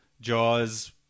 jaws